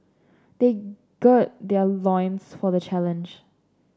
they gird their loins for the challenge